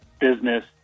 business